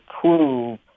prove